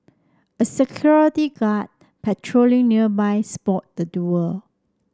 a security guard patrolling nearby spot the duo